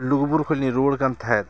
ᱞᱩᱜᱩᱼᱵᱩᱨᱩ ᱠᱷᱚᱱᱞᱤᱧ ᱨᱩᱣᱟᱹᱲ ᱠᱟᱱ ᱛᱟᱦᱮᱸᱫ